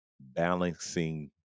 Balancing